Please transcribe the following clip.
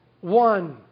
one